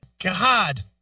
God